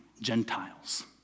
Gentiles